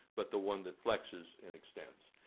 but the one that flexes and extends.